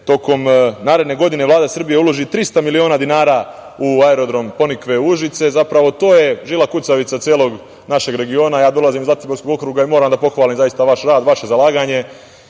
tokom naredne godine Vlada Srbije da uloži 300 miliona dinara u aerodrom Ponikve u Užicu. Zapravo, to je žila kucavica celog našeg regiona. Dolazim iz Zlatiborskog okruga i moram da pohvalim zaista vaš rad, vaše zalaganje.